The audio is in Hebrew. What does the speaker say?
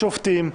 שופטים,